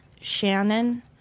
Shannon